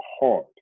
hard